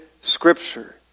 Scripture